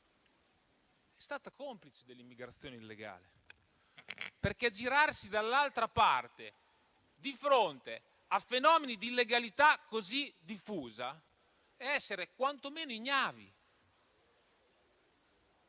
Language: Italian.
è stata complice dell'immigrazione illegale, perché girarsi dall'altra parte di fronte a fenomeni di illegalità così diffusa è essere quantomeno ignavi.